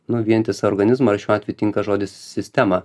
nu vientisą organizmą ir šiuo atveju tinka žodis sistema